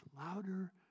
louder